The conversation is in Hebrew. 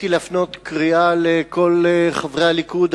רציתי להפנות קריאה אל כל חברי הליכוד,